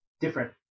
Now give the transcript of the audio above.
different